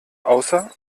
außer